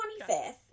25th